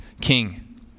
king